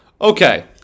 Okay